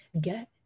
get